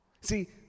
See